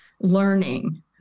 learning